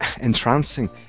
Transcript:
entrancing